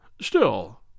Still